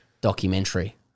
documentary